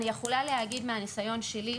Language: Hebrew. אני יכולה להגיד מהניסיון שלי,